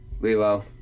Lilo